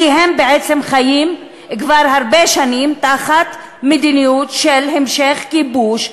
כי הם חיים כבר הרבה שנים תחת מדיניות של המשך כיבוש,